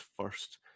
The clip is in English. first